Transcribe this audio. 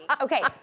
Okay